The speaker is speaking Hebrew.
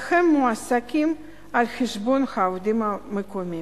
והם מועסקים על חשבון העובדים המקומיים.